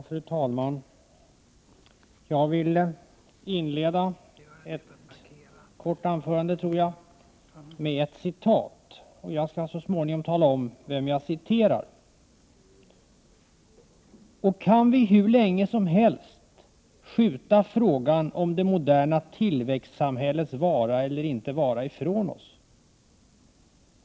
Fru talman! Jag vill inleda mitt korta anförande med ett citat. Jag skall så 22 mars 1989 småningom tala om vem jag citerar. ”Och kan vi hur länge som helst skjuta frågan om det moderna tillväxtsamhällets vara eller icke vara ifrån oss?